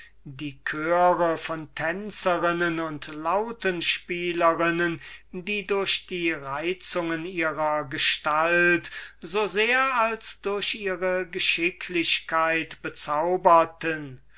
die chöre von tänzerinnen und lauten spielerinnen die durch die reizungen ihrer gestalt so sehr als durch ihre geschicklichkeit bezauberten